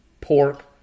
pork